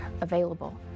available